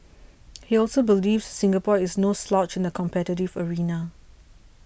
he also believes Singapore is no slouch in the competitive arena